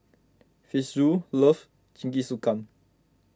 Fitzhugh loves Jingisukan